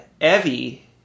Evie